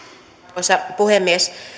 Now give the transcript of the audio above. arvoisa puhemies